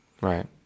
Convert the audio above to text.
Right